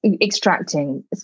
extracting